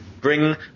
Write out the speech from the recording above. bring